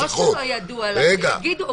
לא שלא ידוע לה, שיגידו.